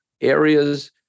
Areas